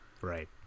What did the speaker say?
Right